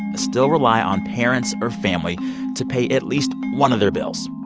still rely on parents or family to pay at least one of their bills.